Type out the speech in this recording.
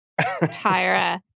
Tyra